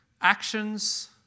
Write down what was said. Actions